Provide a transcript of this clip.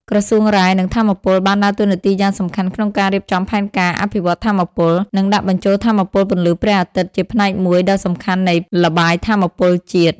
ក្រសួងរ៉ែ និងថាមពលបានដើរតួនាទីយ៉ាងសំខាន់ក្នុងការរៀបចំផែនការមេអភិវឌ្ឍន៍ថាមពល និងដាក់បញ្ចូលថាមពលពន្លឺព្រះអាទិត្យជាផ្នែកមួយដ៏សំខាន់នៃល្បាយថាមពលជាតិ។